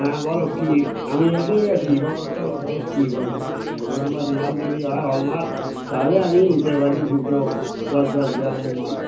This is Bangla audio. হ্যাঁ বলো কি আমি এসেই গেছি বলো রেট কি বলো তুমি এক নম্বর মাল যদি হয় হলমার্ক তাহলে আমি নিতে পারি দুটো দশ দশ গ্রামের মাল